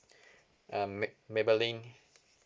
um may~ maybelline